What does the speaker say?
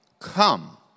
come